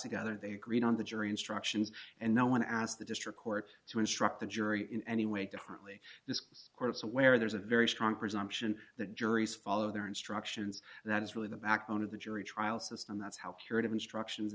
together they agreed on the jury instructions and no one asked the district court to instruct the jury in any way differently this court's aware there's a very strong presumption that juries follow their instructions that is really the backbone of the jury trial system that's how curative instruction